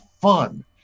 fun